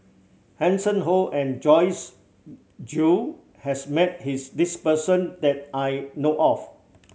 Hanson Ho and Joyce Jue has met his this person that I know of